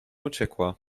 uciekła